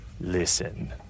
Listen